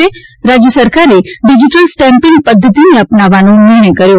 રાજ્ય સરકારે digital stamping પદ્ધતિને અપનાવવાનો નિર્ણય કર્યો